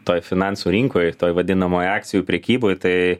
toj finansų rinkoj toj vadinamoj akcijų prekyboj tai